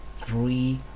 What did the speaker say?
three